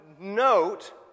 note